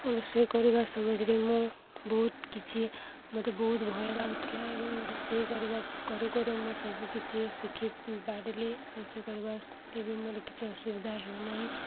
ରୋଷେଇ କରିବା ସମାଜରେ ମୁଁ ବହୁତ କିଛି ମୋତେ ବହୁତ ଭୟ ଲାଗୁଥିଲା ଏବଂ ରୋଷେଇ କରିବା କରୁ କରୁ ମୁଁ ସବୁ କିଛି ଶିଖିପାରିଲି ରୋଷେଇ କରିବାରେ ଏବେ ମୋର କିଛି ଅସୁବିଧା ହେଉନାହିଁ